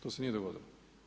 To se nije dogodilo.